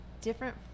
different